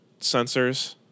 sensors